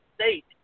state